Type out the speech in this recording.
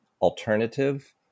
alternative